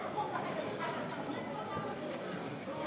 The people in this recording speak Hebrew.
תוצאות ההצבעה הן: בעד, 38 חברי כנסת, נגד,